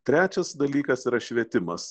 trečias dalykas yra švietimas